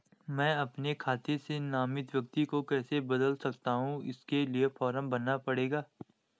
मैं अपने खाते से नामित व्यक्ति को कैसे बदल सकता हूँ इसके लिए फॉर्म भरना पड़ेगा?